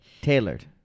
Tailored